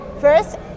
first